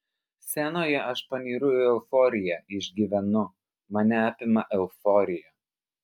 scenoje aš panyru į euforiją išgyvenu mane apima euforija